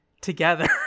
together